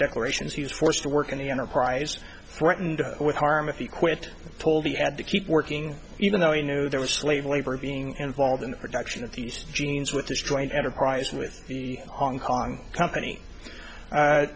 declarations he was forced to work in the enterprise threatened with harm if he quit told he had to keep working even though he knew there was slave labor being involved in the production of these jeans with this joint enterprise with the hong kong company